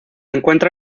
encuentra